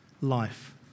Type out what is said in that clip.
life